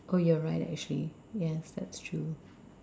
you are right actually yes that's true